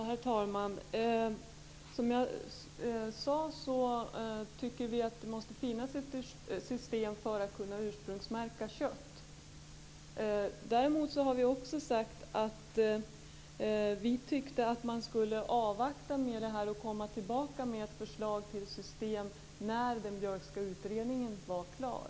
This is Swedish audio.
Herr talman! Som jag sade tycker vi att det måste finnas ett system för att kunna ursprungsmärka kött. Däremot har vi sagt att vi tycker att man skulle avvakta och komma tillbaka med ett förslag till system när den Björkska utredningen var klar.